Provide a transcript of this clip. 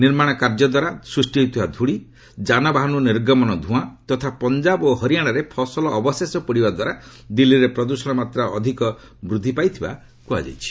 ନିର୍ମାଣ କାର୍ଯ୍ୟଦ୍ୱାରା ସୃଷ୍ଟି ହେଉଥିବା ଧୂଳି ଯାନବାହନରୁ ନିର୍ଗମନ ଧୂଆଁ ତଥା ପଞ୍ଜାବ ହରିୟାଶାରେ ଫସଲ ଅବଶେଷ ପୋଡ଼ିବାଦ୍ୱାରା ଦିଲ୍ଲୀରେ ପ୍ରଦୃଷଣ ମାତ୍ର ଅଧିକ ବୃଦ୍ଧି ପାଇଥିବା କୁହାଯାଇଛି